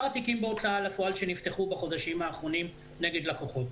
התיקים בהוצאה לפועל שנפתחו בחודשים האחרונים נגד לקוחות,